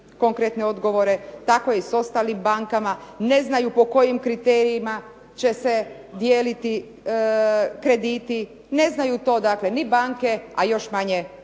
konkretne odgovore, tako je i s ostalim bankama, ne znaju po kojim kriterijima će se dijeliti krediti. Ne znaju to dakle ni banke, a još manje